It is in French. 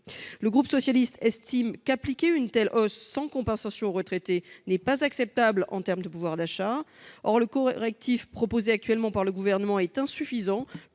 et républicain a estimé qu'appliquer une telle hausse sans compensation aux retraités n'était pas acceptable en termes de pouvoir d'achat. Or le correctif proposé actuellement par le Gouvernement est insuffisant